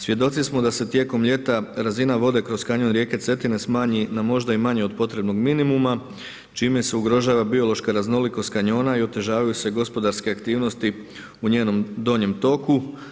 Svjedoci smo da se tijekom ljeta razina vode kroz Kanjon rijeke Cetine smanji na možda i manje od potrebnog minimuma čime se ugrožava biološka raznolikost kanjona i otežavaju se gospodarske aktivnosti u njenom donjem toku.